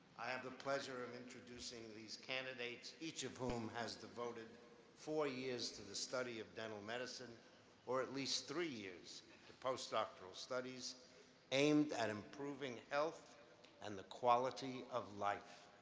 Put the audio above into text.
the pleasure of introducing these candidates each of whom has devoted four years to the study of dental medicine or at least three years to postdoctoral studies aimed at improving health and the quality of life.